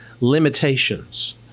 limitations